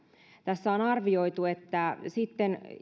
tässä on arvioitu että sitten